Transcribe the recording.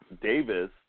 Davis